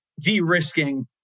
de-risking